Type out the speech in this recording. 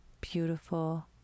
beautiful